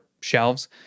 shelves